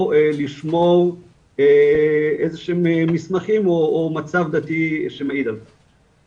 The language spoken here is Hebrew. או לשמור איזשהם מסמכים, או מצב דתי שמעיד על כך.